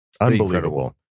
unbelievable